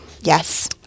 yes